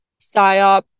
psyop